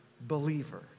believer